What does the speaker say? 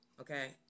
okay